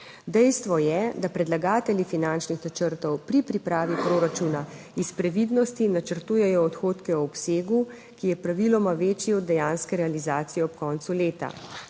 Dejstvo je, da predlagatelji finančnih načrtov pri pripravi proračuna iz previdnosti načrtujejo odhodke v obsegu, ki je praviloma večji od dejanske realizacije ob koncu leta.